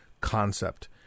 concept